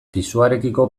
pisuarekiko